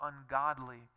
ungodly